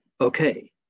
okay